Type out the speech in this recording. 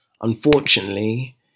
unfortunately